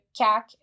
CAC